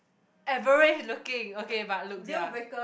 average looking okay but look ya